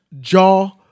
jaw